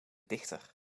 dichter